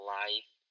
life